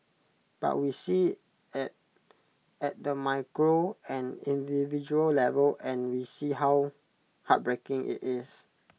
but we see IT at at the micro and individual level and we see how heartbreaking IT is